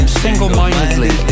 single-mindedly